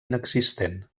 inexistent